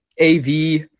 AV